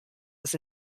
was